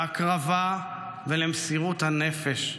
להקרבה ולמסירות הנפש.